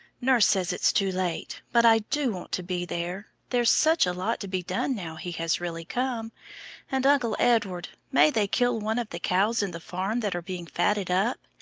nurse says it's too late, but i do want to be there. there's such a lot to be done now he has really come and, uncle edward, may they kill one of the cows in the farm that are being fatted up?